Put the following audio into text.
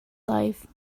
life